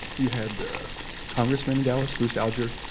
you had the congressman in dallas, bruce alger,